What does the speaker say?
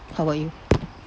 how about you